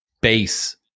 base